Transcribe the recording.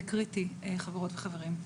זה קריטי חברות וחברים.